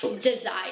desire